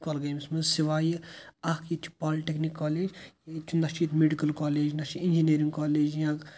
کۄلگٲمِس منٛز سِوایہِ اَکھ ییٚتہِ چھِ پالٹٮ۪کنِک کالیج ییٚتہِ چھُ نَہ چھُ ییٚتہِ میٚڈِکَل کالیج نَہ چھِ اِنٛجِنیرِنٛگ کالیج یا